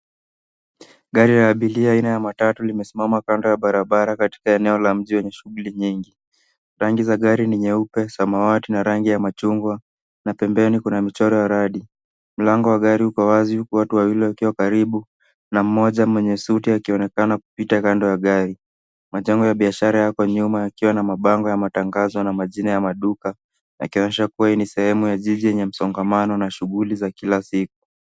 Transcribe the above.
Gari la abiria aina ya matatu limesimama kando ya barabara katika eneo la mji wenye shughuli nyingi. Rangi za gari ni nyeupe, samawati na rangi ya machungwa na pembeni kuna michoro ya radi. Mlango wa gari uko wazi huku watu wawili wakiwa karibu na mmoja mwenye suti akionekana kupita kando ya gari. Majengo ya biashara yako nyuma yakiwa na mabango ya matangazo na majina ya maduka; yakionyesha kuwa hii ni sehemu ya jiji yenye msongamano na shughuli za kila siku.